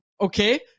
Okay